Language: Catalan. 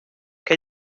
que